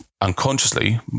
Unconsciously